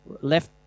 left